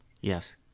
Yes